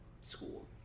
school